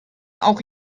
auch